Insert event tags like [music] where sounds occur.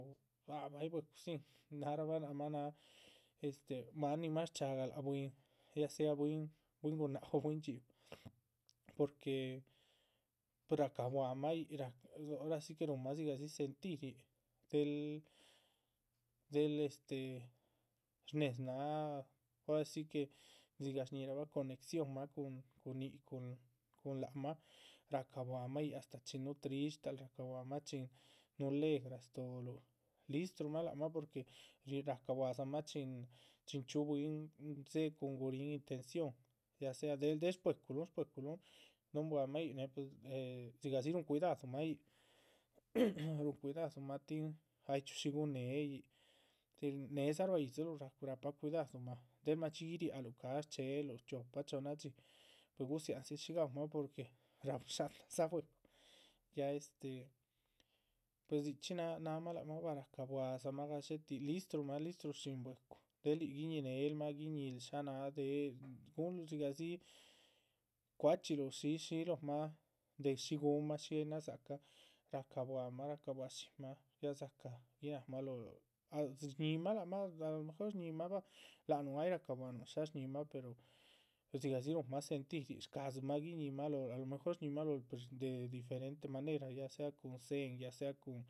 [unintelligible] ah bay bwecu sín náharabah lác mah náha este máan nin más shcha´gah lac bwín, ya sea bwín bwín gunáhc o bwín dxhíu porque racabuahamah yíc, rácah ora si que ruhunmah dzigadzi sentir yíc, del del este shnéhez náha ora si que dzigah shñíhirabah conexiónmah cun yíc cun lác mah racabuahamah. yíc astáh chin núhu trishtal racabuahamah chin núhu legra stóholuh listrumah lác mah porque racabuahadzamah chin, chin chxíu bwín, dzé cuhun guríhn. intención ya sea del sbweculuhun nuhun bua mah yíc, néh pues eh dzigahdzi rúhun cuidadumah yíc rúhun cuidadumah tin ay chxíu shí guhun néh yíc, tin nédza. ruá yídziluh dzápah cuidadumah del ma´dxi girialuh cáhash chéluh chiopa o chohnna dxí, pues gudziandziluh shí gaúmah porque raú shátahdza bwecu. ya este, pues dzichxí náhanmah lac mah bah racabuahadzamah gadxétih listrumah listushín bwecu, del yíc guiñíh néhelmah, guiñíhl sháha náh déh guhunluh. dziga dzí cuachxíluh shí shí lóhomah, de shí guhunmah de shí nádza cahn racabuahamah racabuaha shínmah ya dzácah guináhamah lóhluh [unintelligible] shñíhimah. lác mah o a lo mejor shñíhimah bah lac nuh ay racabuahnuh shísh shñíihimah pero dzigah dzi rúhunmah sentir yíc, shcadzimah giñíhimah lóhl a lo mejor shñíhimah. lóhl de diferente manera ya sea cun dzéhen ya sea cun